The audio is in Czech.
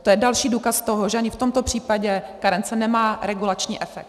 To je další důkaz toho, že ani v tomto případě karence nemá regulační efekt.